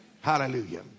Hallelujah